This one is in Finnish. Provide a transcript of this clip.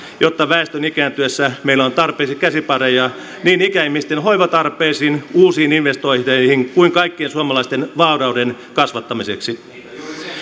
jotta väestön ikääntyessä meillä on tarpeeksi käsipareja niin ikäihmisten hoivatarpeisiin uusiin investointeihin kuin kaikkien suomalaisten vaurauden kasvattamiseksi